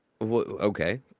Okay